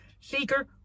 Seeker